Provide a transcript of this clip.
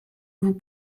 vous